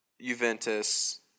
Juventus